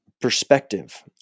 perspective